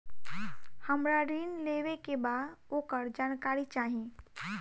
हमरा ऋण लेवे के बा वोकर जानकारी चाही